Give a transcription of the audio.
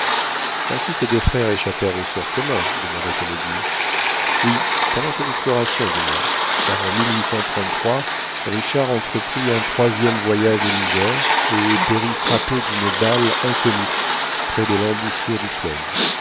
ainsi ces deux frères échappèrent au sort commun demanda kennedy oui pendant cette exploration du moins car en richard entreprit un troisième voyage au niger et périt frappé d'une balle inconnue prés de l'embouchure du fleuve